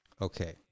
okay